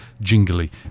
jingly